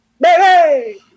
baby